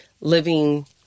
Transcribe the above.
living